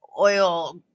oil